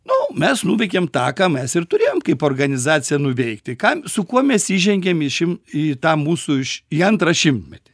nu mes nuveikėm tą ką mes ir turėjom kaip organizacija nuveikti kam su kuo mes įžengėm į šim į tą mūsų ši į antrą šimtmetį